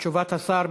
תשובת השר.